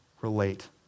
relate